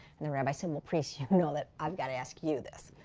and the rabbi said, well, priest, you know that i've got to ask you this.